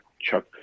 Chuck